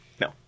No